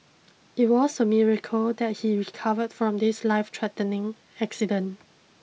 it was a miracle that he recovered from this life threatening accident